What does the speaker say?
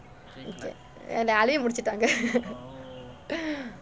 அழுவி முடிச்சுட்டாங்க:aluvi mudichuttaanga